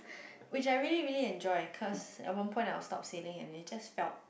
which I really really enjoy cause I want point of stop selling and then just spelt